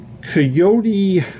Coyote